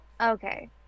Okay